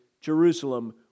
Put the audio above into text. Jerusalem